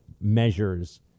measures